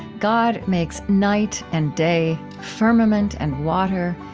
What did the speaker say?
god makes night and day, firmament and water,